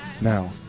Now